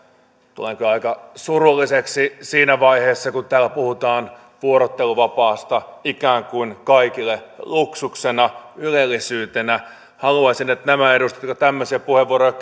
tulen kyllä aika surulliseksi siinä vaiheessa kun täällä puhutaan vuorotteluvapaasta ikään kuin kaikille luksuksena ylellisyytenä haluaisin että nämä edustajat jotka tämmöisiä puheenvuoroja